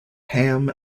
ham